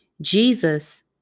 Jesus